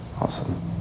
awesome